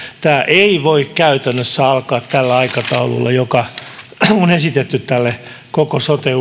tämä ei voi käytännössä alkaa tällä aikataululla joka on esitetty tälle koko sote